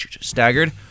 staggered